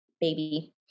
baby